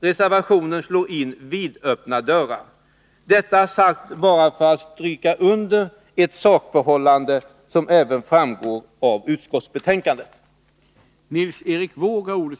Reservationen slår in vidöppna dörrar. Detta vill jag ha sagt bara för att stryka under ett sakförhållande som även framgår av utskottsbetänkandet.